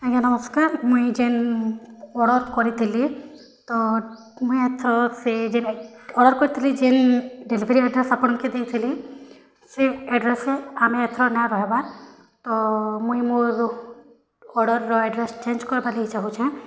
ଆଜ୍ଞା ନମସ୍କାର୍ ମୁଇଁ ଯେନ୍ ଅର୍ଡ଼ର୍ କରିଥିଲି ତ ମୁଇଁ ଏଥର୍ ସେ ଯେନ୍ ଅର୍ଡ଼ର୍ କରିଥିଲି ଯେନ୍ ଡେଲିଭରୀ ଆଡ୍ରେସ୍ ଆପଣ୍କେ ଦେଇଥିଲି ସେ ଆଡ୍ରେସ୍ରେ ଆମେ ଏଥର୍ ନାଇଁ ରହେବାର୍ ତ ମୁଇଁ ମୋର୍ ଅର୍ଡ଼ର୍ ଆଡ୍ରେସ୍ ଚେଞ୍ଜ୍ କର୍ବା ଲାଗି ଚାହୁଁଛେ